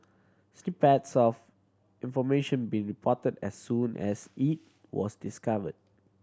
snippets of information being reported as soon as it was discovered